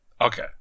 Okay